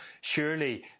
surely